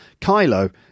kylo